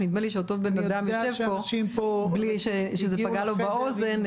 נדמה לי שאותו בן אדם שזה פגע לו באוזן יושב פה.